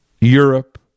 Europe